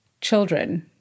children